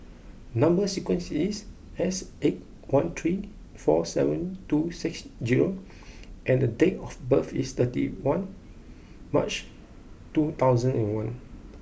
number sequence is S eight one three four seven two six zero and date of birth is thirty one March two thousand and one